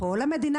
כל המדינה,